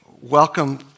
Welcome